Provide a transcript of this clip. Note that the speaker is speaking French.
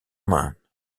man